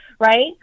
right